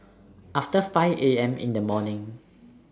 after five A M in The morning